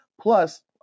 Plus